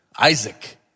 Isaac